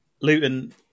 Luton